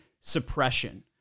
suppression